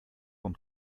vom